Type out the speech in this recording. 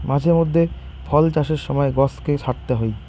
মাঝে মধ্যে ফল চাষের সময় গছকে ছাঁটতে হই